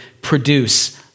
produce